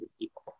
people